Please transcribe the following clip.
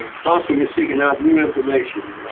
um constantly seek and out new information.